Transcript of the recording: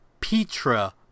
Petra